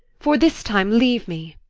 for this time leave me.